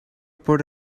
put